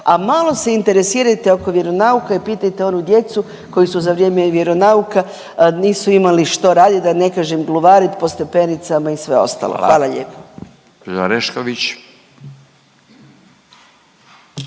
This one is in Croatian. a malo se interesirajte oko vjeronauka i pitajte onu djecu koji su za vrijeme vjeronauka, nisu imali što raditi, da ne kažem, gluvarit po stepenicama i sve ostalo. Hvala lijepo.